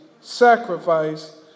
sacrifice